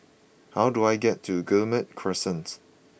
how do I get to Guillemard Crescent